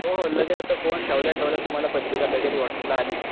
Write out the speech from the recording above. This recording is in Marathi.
हो हो लगेच आता फोन ठेवल्या ठेवल्या तुम्हाला पत्रिका लगेच वॉटसअपला आलीच